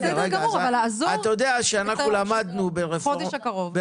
העניין הוא לעזור בחודש הקרוב.